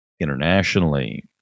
internationally